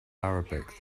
arabic